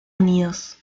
unidos